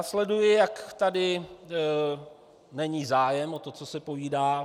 Sleduji, jak tady není zájem o to, co se povídá.